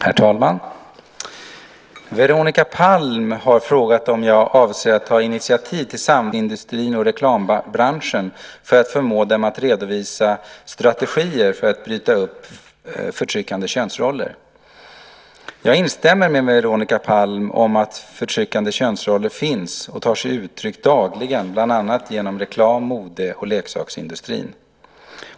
Herr talman! Veronica Palm har frågat om jag avser att ta initiativ till samtal med bland annat klädindustrin, leksaksindustrin och reklambranschen för att förmå dem att redovisa strategier för att bryta upp förtryckande könsroller. Jag instämmer med Veronica Palm om att förtryckande könsroller finns och tar sig uttryck dagligen bland annat genom reklam och mode och leksaksindustrin.